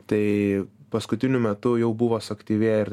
tai paskutiniu metu jau buvo suaktyvėję ir